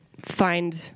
find